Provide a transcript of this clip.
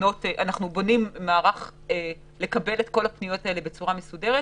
בונים מערך לקבל את כל הפניות האלה בצורה מסודרת,